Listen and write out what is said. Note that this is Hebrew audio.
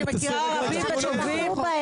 ואני מכירה רבים וטובים,